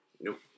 Nope